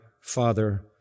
Father